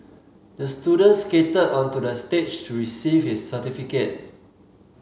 the student skated onto the stage to receive his certificate